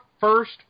first